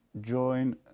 join